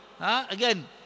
Again